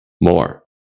more